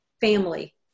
family